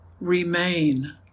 Remain